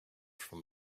from